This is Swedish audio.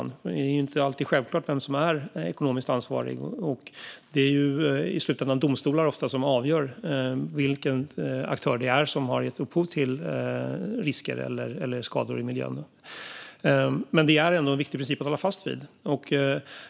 Det är ju inte alltid självklart vem som är ekonomiskt ansvarig - i slutändan är det ofta domstolar som får avgöra vilken aktör det är som har gett upphov till risker eller skador i miljön. Men det är ändå en viktig princip att hålla fast vid.